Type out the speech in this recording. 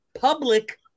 public